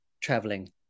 traveling